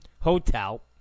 Hotel